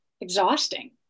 exhausting